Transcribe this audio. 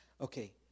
Okay